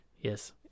Yes